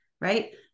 right